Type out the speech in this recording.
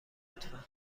لطفا